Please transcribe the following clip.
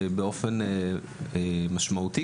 באופן משמעותי,